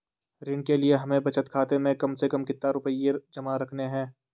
ऋण के लिए हमें बचत खाते में कम से कम कितना रुपये जमा रखने हैं?